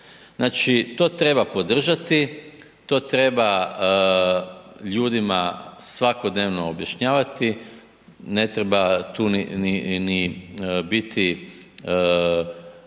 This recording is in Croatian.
Znači, to treba podržati, to treba ljudima svakodnevno objašnjavati, ne treba tu ni, ni,